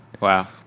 Wow